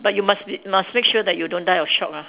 but you must be must make sure that you don't die of shock ah